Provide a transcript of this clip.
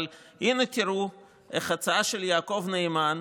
אבל הינה תראו איך הצעה של יעקב נאמן,